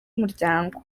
umuryango